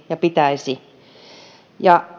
ja pitäisi toimia sataprosenttisesti ja